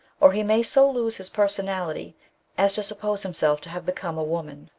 or he may so lose his personality as to suppose himself to have become a woman.